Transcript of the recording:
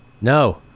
no